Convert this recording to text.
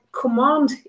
command